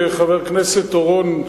חבר הכנסת אורון,